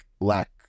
lack